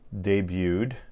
debuted